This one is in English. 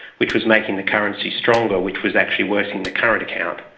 which was making the currency stronger, which was actually worsening the current account.